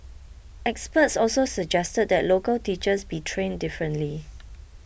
experts also suggested that local teachers be trained differently